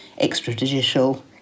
extrajudicial